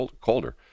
colder